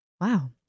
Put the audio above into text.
wow